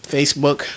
Facebook